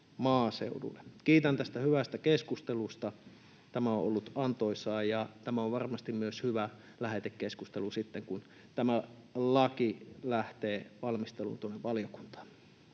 Kiitän tästä hyvästä keskustelusta. Tämä on ollut antoisaa, ja tämä on varmasti myös hyvä lähetekeskustelu sitten, kun tämä laki lähtee valmisteluun tuonne valiokuntaan.